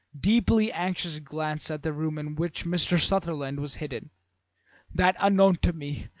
deeply anxious, glance at the room in which mr. sutherland was hidden that unknown to me,